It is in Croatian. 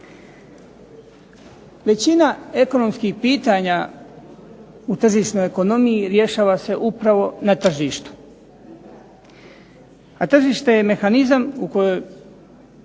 Većina ekonomskih pitanja u tržišnoj ekonomiji rješava se upravo na tržištu, a tržište je mehanizam u kojoj